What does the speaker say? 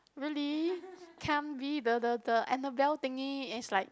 really can't be the the the Annabelle thingy is like